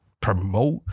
Promote